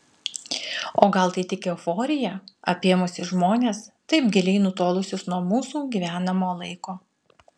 o gal tai tik euforija apėmusi žmones taip giliai nutolusius nuo mūsų gyvenamo laiko